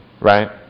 Right